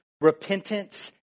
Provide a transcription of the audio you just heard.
Repentance